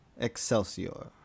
Excelsior